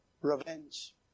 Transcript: Revenge